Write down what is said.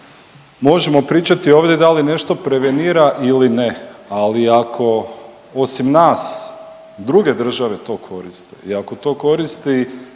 možemo pričati ovdje da li nešto prevenira ili ne, ali ako osim nas druge države to koriste i ako to koristi